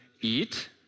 eat